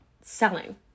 selling